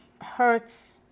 hurts